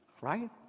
Right